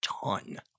ton